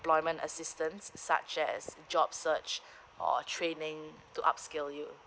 employment assistance such as a job search or training to upskill you